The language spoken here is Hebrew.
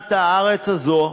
בבניית הארץ הזאת,